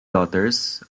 daughters